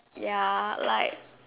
ya like